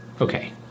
Okay